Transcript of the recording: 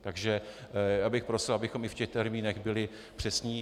Takže já bych prosil, abychom i v těch termínech byli přesní.